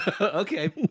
Okay